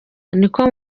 niko